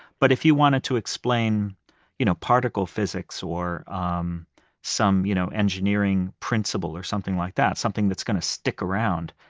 but if you wanted to explain you know particle physics, or um some you know engineering principle, or something like that, something that's going to stick around,